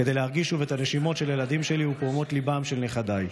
כדי להרגיש שוב את הנשימות של הילדים שלי ופעימות ליבם של נכדיי.